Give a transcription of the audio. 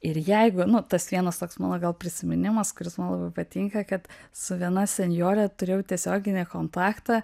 ir jeigu nu tas vienas toks mano gal prisiminimas kuris man labai patinka kad su viena senjore turėjau tiesioginį kontaktą